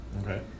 Okay